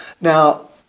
Now